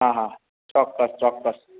હા હા ચોક્કસ ચોક્કસ